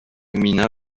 gmina